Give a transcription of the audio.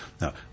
Now